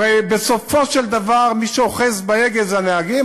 הרי בסופו של דבר, מי שאוחזים בהגה הם הנהגים.